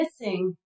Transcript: missing